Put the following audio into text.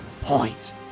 point